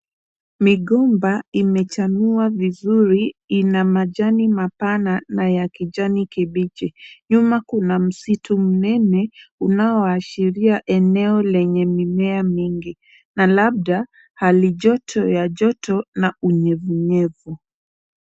Migomba imechanua vizuri, ina majani mapana na ya kijani kibichi. Nyuma kuna msitu mnene, unaoashiria eneo lenye mimea mingi, na labda hali joto, ya joto na unyevunyevu.